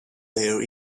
their